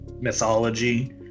mythology